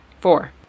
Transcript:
Four